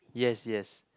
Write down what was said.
yes yes